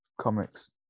comics